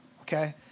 Okay